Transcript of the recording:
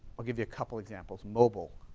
i'll give you a couple examples, mobile.